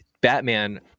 batman